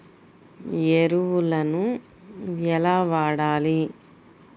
ఎరువులను ఎలా వాడాలి?